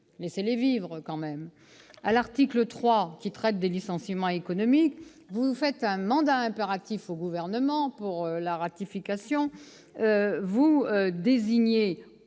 laissez-les vivre, quand même ! À l'article 3, qui traite des licenciements économiques, vous donnez mandat impératif au Gouvernement en vue de la ratification. Vous imposez